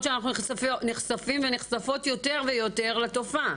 שאנחנו נחשפים ונחשפות יותר ויותר לתופעה.